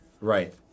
Right